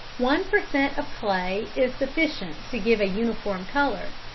one per cent. of clay is sufficient to give a uniform colour,